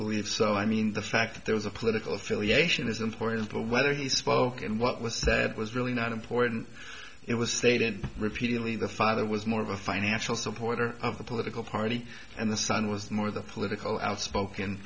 believe so i mean the fact that there was a political affiliation is important but whether he spoke and what was said was really not important it was stated repeatedly the father was more of a financial supporter of the political party and the son was the more the political outspoken